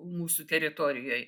mūsų teritorijoj